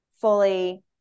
fully